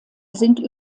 sind